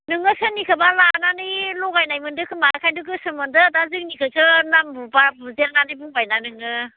नोङो सोरनिखौबा लानानै लगायनाय मोनदों खोमा ओंखायनोथ' गोसोम मोनदों दा जोंनिखौसो नाम बुबा बुदेरनानै बुंबायना नोङो